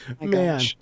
Man